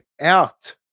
out